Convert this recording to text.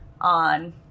on